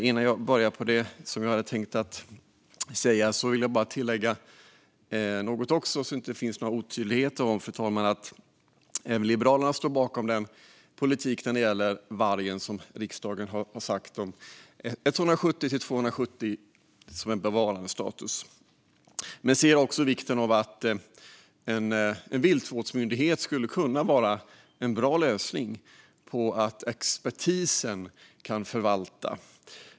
Innan jag börjar med det som jag hade tänkt säga vill jag bara tillägga något, så att det inte finns någon otydlighet om det, fru talman: Även Liberalerna står bakom riksdagens beslut om 170-270 vargar som gynnsam bevarandestatus. Men vi ser också att en viltvårdsmyndighet skulle kunna vara en bra lösning, där expertisen kan förvalta.